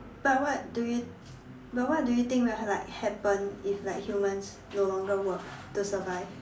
but what do you but what do you think will like happen if like humans no longer work to survive